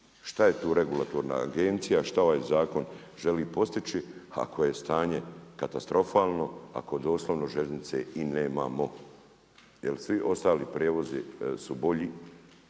Šta je tu regulatorna agencija, šta ovaj zakon želi postići ako je stanje katastrofalno ako doslovno željeznice i nemamo jel svi ostali prijevozi su bolji.